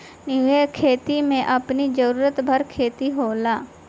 निर्वाह खेती में अपनी जरुरत भर खेती होला